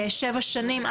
שבע שנים.